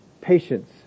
patience